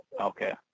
Okay